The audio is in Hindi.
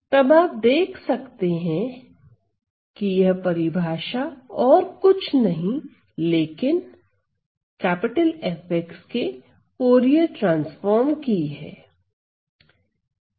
तब आप देख सकते हैं यह परिभाषा और कुछ नहीं लेकिन F के फूरिये ट्रांसफॉर्म की है